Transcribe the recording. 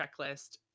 checklist